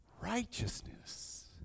Righteousness